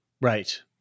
Right